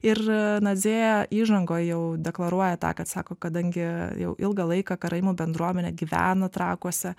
ir nadzėja įžangoj jau deklaruoja tą kad sako kadangi jau ilgą laiką karaimų bendruomenė gyvena trakuose